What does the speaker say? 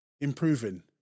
improving